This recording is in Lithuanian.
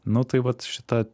nu tai vat šita